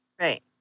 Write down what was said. Right